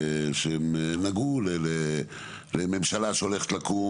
שהן נגעו לממשלה שהולכת לקום,